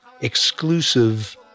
exclusive